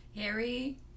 Harry